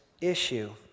issue